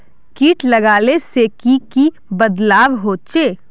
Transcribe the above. किट लगाले से की की बदलाव होचए?